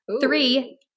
Three